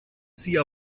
sie